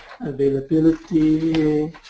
availability